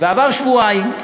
עברו שבועיים,